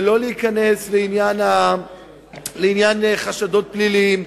ולא להיכנס לעניין חשדות פליליים,